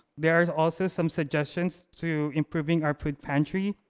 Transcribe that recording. there is also some suggestions to improving our food pantry.